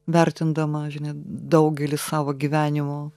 vertindama žinia daugelį savo gyvenimo